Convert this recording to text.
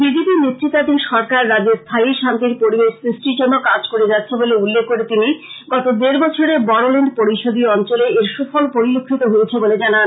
BJP নেতৃত্বাধীন সরকার রাজ্যে স্থায়ী শান্তির পরিবেশ সৃষ্টির জন্য কাজ করে যাচ্ছে বলে উল্লেখ করে তিনি গত দেড় বছরে বরোল্যন্ড পরিষদীয় অঞ্চলে এর সুফল পরিলক্ষিত হয়েছে বলে জানান